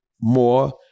more